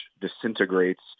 disintegrates